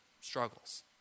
struggles